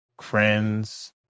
friends